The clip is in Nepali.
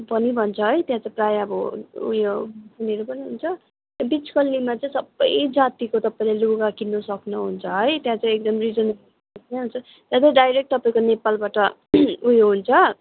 पनि भन्छ है त्यहाँ चाहिँ प्रायः अब उयो उनीहरू पनि हुन्छ त्यो बिच गल्लीमा चाहिँ सबै जातिको तपाईँले लुगा किन्नु सक्नुहुन्छ है त्यहाँ चाहिँ एकदम रिजनेबल त्यहाँ चाहिँ डाइरेक्ट तपाईँको नेपालबाट उयो हुन्छ